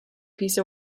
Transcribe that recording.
piece